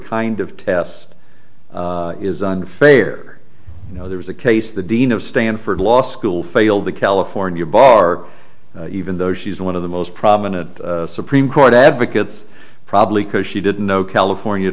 kind of test is unfair you know there was a case the dean of stanford law school failed the california bar even though she's one of the most prominent supreme court advocates probably because she didn't know california